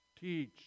teach